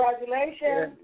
Congratulations